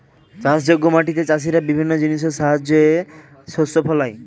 চাষযোগ্য মাটিতে চাষীরা বিভিন্ন জিনিসের সাহায্যে শস্য ফলায়